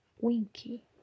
Winky